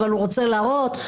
אבל הוא רוצה להראות.